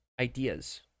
ideas